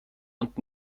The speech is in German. und